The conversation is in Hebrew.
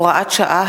הוראת שעה),